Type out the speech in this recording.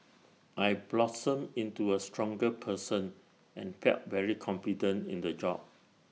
I blossomed into A stronger person and felt very confident in the job